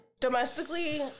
domestically